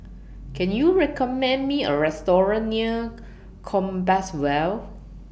Can YOU recommend Me A Restaurant near Compassvale